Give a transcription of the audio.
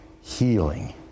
healing